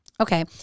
Okay